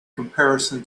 comparison